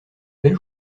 belle